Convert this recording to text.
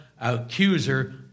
accuser